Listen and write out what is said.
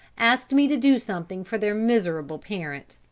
asked me to do something for their miserable parent.